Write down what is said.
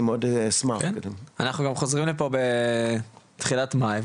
אנחנו חוזרים לפה בתחילת מאי,